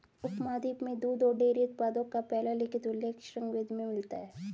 उपमहाद्वीप में दूध और डेयरी उत्पादों का पहला लिखित उल्लेख ऋग्वेद में मिलता है